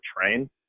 train